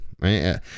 right